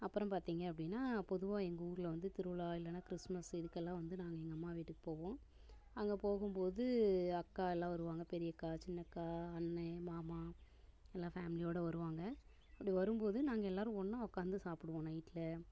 அப்புறம் பார்த்திங்க அப்படினா பொதுவாக எங்கள் ஊரில் வந்து திருவிழா இல்லைனா கிருஸ்மஸ்ஸு இதுக்கெல்லாம் வந்து நாங்கள் எங்க அம்மா வீட்டுக்கு போவோம் அங்கே போகும் போது அக்கா எல்லாம் வருவாங்க பெரியக்கா சின்னக்கா அண்ணே மாமா எல்லாரும் ஃபேமிலியோடு வருவாங்க அப்படி வரும் போது நாங்கள் எல்லோரும் ஒன்றா உட்காந்து சாப்பிடுவோம் நைட்டில்